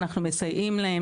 אנחנו מסייעים להן,